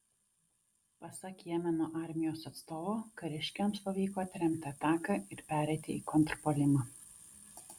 pasak jemeno armijos atstovo kariškiams pavyko atremti ataką ir pereiti į kontrpuolimą